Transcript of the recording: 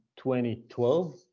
2012